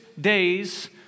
days